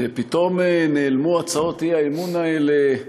פתאום נעלמו הצעות האי-אמון האלה: